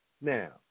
Now